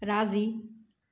राज़ी